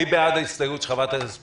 מי בעד ההסתייגות של חברת הכנסת פלוסקוב?